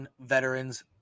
veterans